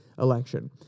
election